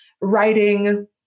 writing